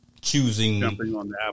choosing